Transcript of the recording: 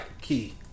key